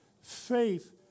Faith